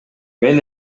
мен